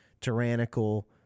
tyrannical